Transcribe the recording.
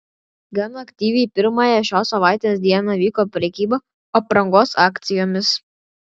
gan aktyviai pirmąją šios savaitės dieną vyko prekyba aprangos akcijomis